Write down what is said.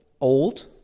old